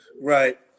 Right